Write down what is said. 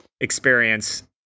experience